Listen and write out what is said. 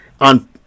on